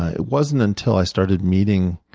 it wasn't until i started meeting